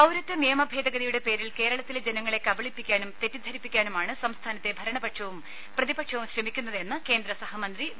പൌരത്വ നിയമ ഭേദഗതിയുടെ പേരിൽ കേരളത്തിലെ ജനങ്ങളെ കബളിപ്പിക്കാനും തെറ്റിദ്ധരിപ്പിക്കാനുമാണ് സംസ്ഥാനത്തെ ഭരണപക്ഷവും പ്രതിപക്ഷവും ശ്രമിക്കുന്നതെന്ന് കേന്ദ്രസഹമന്ത്രി വി